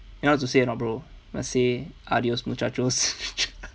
you know what to say or not bro just say adios muchachos